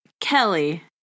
Kelly